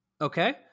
Okay